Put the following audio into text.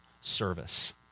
service